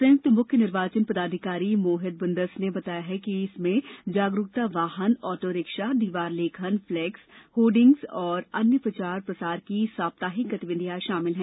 संयुक्त मुख्य निर्वाचन पदाधिकारी मोहित बुंदस ने बताया कि इसमें जागरूकता वाहन ऑटो रिक्शा दीवार लेखन पलेक्स होर्डिंग एवं अन्य प्रचार प्रसार की साप्ताहिक गतिविधियां शामिल हैं